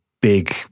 big